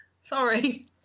sorry